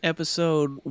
Episode